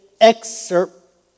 excerpt